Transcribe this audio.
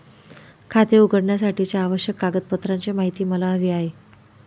खाते उघडण्यासाठीच्या आवश्यक कागदपत्रांची माहिती मला हवी आहे